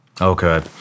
Okay